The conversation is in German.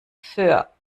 föhr